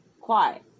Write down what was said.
Quiet